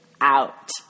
out